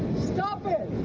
stop it!